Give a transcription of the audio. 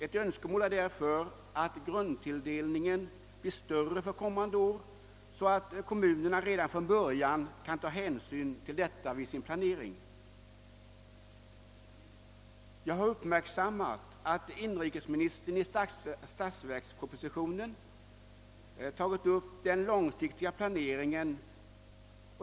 Ett önskemål är därför att grundtilldelningen blir större för kommande år, så att kommunerna redan från början kan ta hänsyn till den vid sin planering. Jag har uppmärksammat att inrikesministern i statsverkspropositionen tagit upp den långsiktiga planeringen.